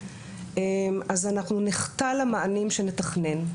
אז אנחנו נחטא למענים שנתכנן.